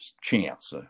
chance